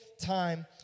time